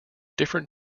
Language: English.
different